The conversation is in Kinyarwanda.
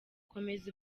komeza